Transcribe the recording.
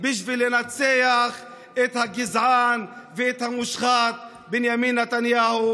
בשביל לנצח את הגזען ואת המושחת בנימין נתניהו.